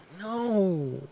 No